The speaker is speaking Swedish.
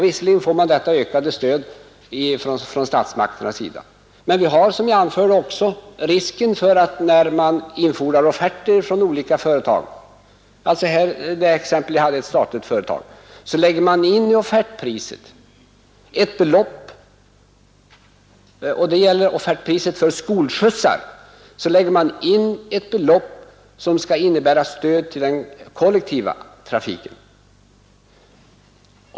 Visserligen erhåller de detta ökade stöd från statsmakterna, men, som jag också anförde, är det risk för att det när kommunerna infordrar offerter från olika företag, t.ex. för skolskjutsar — i det exempel jag tidigare anförde gällde det ett statligt företag — läggs i offertpriset in också ett belopp som skall innebära stöd till den kollektiva trafiken.